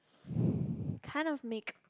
kind of make